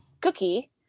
cookie